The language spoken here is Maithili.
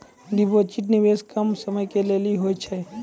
डिपॉजिट निवेश कम समय के लेली होय छै?